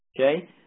Okay